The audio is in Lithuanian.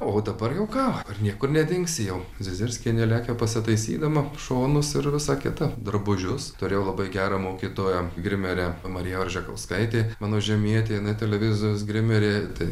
o dabar jau ką dabar niekur nedingsi jau zizirskienė lekia pasitaisydama šonus ir visa kita drabužius turėjau labai gerą mokytoją grimerę marija oržekauskaitė mano žemietė jinai televizijos grimerė tai